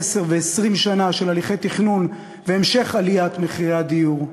עשר ו-20 שנה של הליכי תכנון והמשך עליית מחירי הדיור.